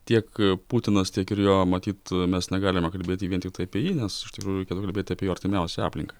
tiek putinas tiek ir jo matyt mes negalime kalbėti vien tiktai apie jį nes iš tikrųjų reikia kalbėti apie jo artimiausią aplinką